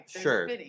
sure